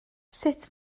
sut